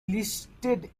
listed